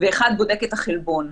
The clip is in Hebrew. ואחד בודק את החלבון.